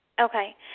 Okay